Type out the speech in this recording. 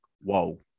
whoa